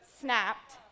snapped